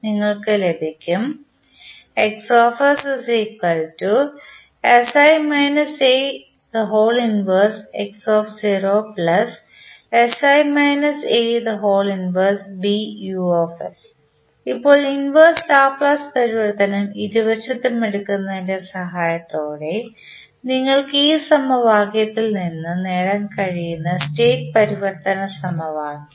നിങ്ങൾക്ക് ലഭിക്കും ഇപ്പോൾ ഇൻവെർസ് ലാപ്ലേസ് പരിവർത്തനം ഇരുവശത്തും എടുക്കുന്നതിൻറെ സഹായത്തോടെ നിങ്ങൾക്ക് ഈ സമവാക്യത്തിൽ നിന്ന് നേടാൻ കഴിയുന്ന സ്റ്റേറ്റ് പരിവർത്തന സമവാക്യം